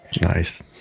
Nice